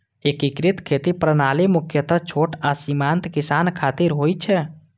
एकीकृत खेती प्रणाली मुख्यतः छोट आ सीमांत किसान खातिर होइ छै